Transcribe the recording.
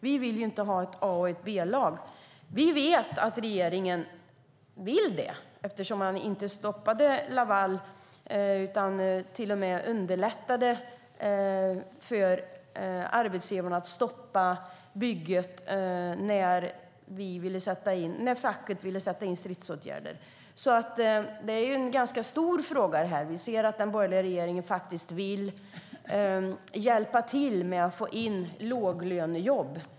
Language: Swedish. Vi vill inte ha ett A och ett B-lag. Vi vet att regeringen vill det eftersom man inte stoppade Laval utan till och med underlättade för arbetsgivarna att stoppa bygget när facket ville sätta in stridsåtgärder. Det här är en stor fråga. Vi ser att den borgerliga regeringen vill hjälpa till att få in låglönejobb.